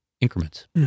increments